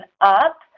up